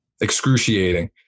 excruciating